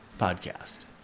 podcast